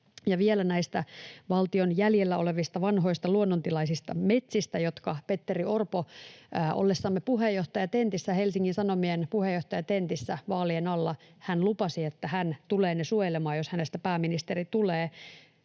Ja vielä näistä valtion jäljellä olevista vanhoista luonnontilaisista metsistä: Ollessamme vaalien alla Helsingin Sanomien puheenjohtajatentissä Petteri Orpo lupasi, että hän tulee ne suojelemaan, jos hänestä pääministeri tulee.